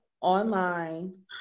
online